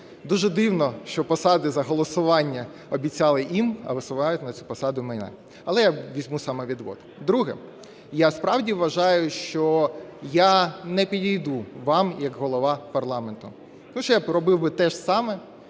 Дуже дивно, що посади за голосування обіцяли їм, а висувають на цю посаду мене. Але я візьму самовідвід. Друге. Я справді вважаю, що я не підійду вам як Голова парламенту. Тому що я робив би те ж саме,